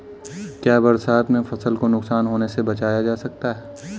क्या बरसात में फसल को नुकसान होने से बचाया जा सकता है?